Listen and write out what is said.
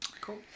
cool